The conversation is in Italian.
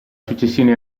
successione